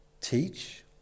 teach